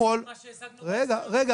ההסכם הקיבוצי שנחתם --- המכרז מ-2017